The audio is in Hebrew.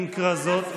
עם כרזות,